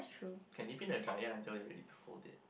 can leave in the dryer until we're ready to fold it